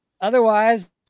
otherwise